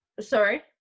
sorry